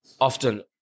often